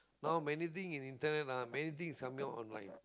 now many thing in internet ah many thing is submit online